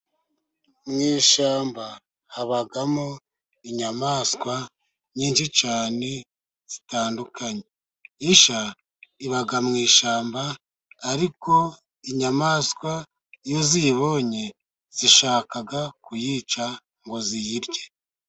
Mu ishyamba habamo inyamaswa nyinshi cyane zitandukanye, isha iba mu ishyamba ariko inyamaswa iyo ziyibonye zishaka kuyica ngo ziyirye.